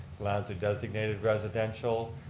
lands are designated residential.